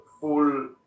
full